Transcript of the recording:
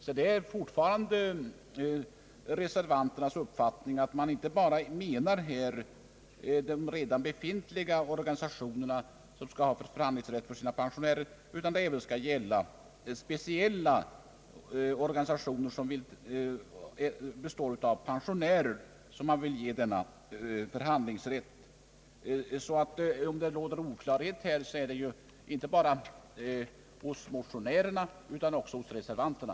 Det är alltså fortfarande reservanternas uppfattning, att de inte bara avser att redan befintliga organisationer skall ha förhandlingsrätt för sina pensionärer, utan att även de speciella organisationer, som består av pensionärer, skall erhålla sådan förhandlingsrätt. Råder det någon oklarhet på denna punkt är det tydligen inte bara hos motionärerna, utan också hos reservanterna.